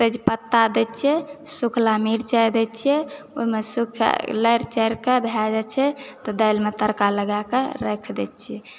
तेजपत्ता दैत छियै सुखलाहा मिरचाइ दैत छियै ओहिमे लारिचारिकऽ भए जाइत छै तऽ दालिमे तड़का लगाकऽ राखि दैत छियै